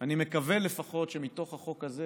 אני מקווה לפחות שמתוך החוק הזה